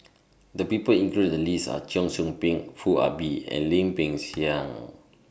The People included in The list Are Cheong Soo Pieng Foo Ah Bee and Lim Peng Siang